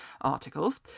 articles